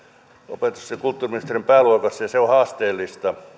opetus ja kulttuuriministeriön pääluokassa ja se on haasteellista